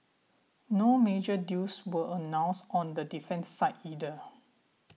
no major deals were announced on the defence side either